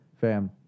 Fam